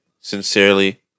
sincerely